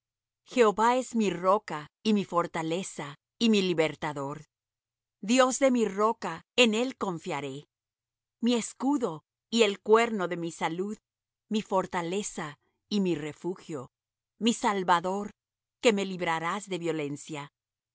jehová es mi roca y mi fortaleza y mi libertador dios de mi roca en él confiaré mi escudo y el cuerno de mi salud mi fortaleza y mi refugio mi salvador que me librarás de violencia